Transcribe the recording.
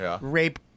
rape